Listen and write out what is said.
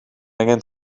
angen